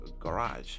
garage